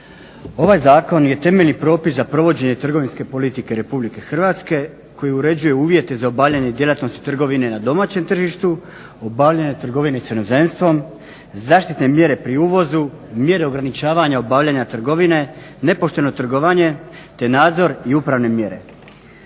Ovaj zakon je temeljni propis za provođenje trgovinske politike Republike Hrvatske koji uređuje uvjete za obavljanje djelatnosti trgovine na domaćem tržištu, obavljanje trgovine sa inozemstvom, zaštitne mjere pri uvozu, mjere ograničavanja obavljanja trgovine, nepošteno trgovanje, te nadzor i upravne mjere.